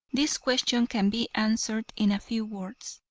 this question can be answered in a few words.